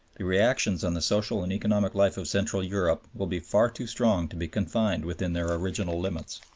the reactions on the social and economic life of central europe will be far too strong to be confined within their original limits.